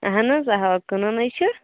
اہن حظ اوا کٕنُن نٔے چھُ